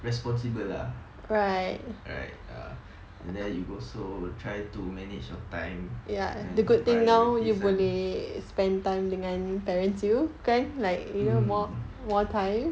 responsible lah right ya and then you also try to manage your time and priorities mm